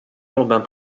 urbains